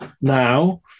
Now